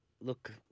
look